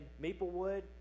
Maplewood